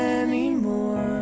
anymore